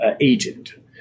agent